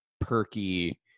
perky